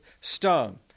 stung